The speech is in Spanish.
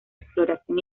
exploración